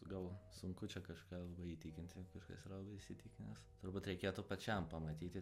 gal sunku čia kažką labai įtikinti kažkas yra labai įsitikinęs turbūt reikėtų pačiam pamatyti